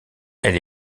elle